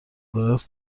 دارد